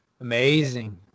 Amazing